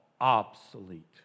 obsolete